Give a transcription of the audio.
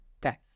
death